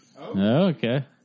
okay